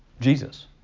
Jesus